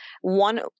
One